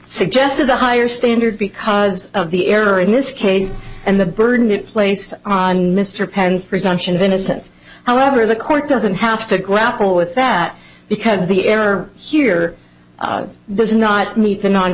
suggested a higher standard because of the error in this case and the burden placed on mr penn's presumption of innocence however the court doesn't have to grapple with that because the error here does not meet the non